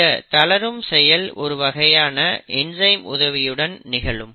இந்த தளறும் செயல் ஒரு வகையான என்சைமின் உதவியுடன் நிகழும்